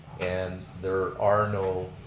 and they're are no,